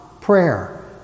prayer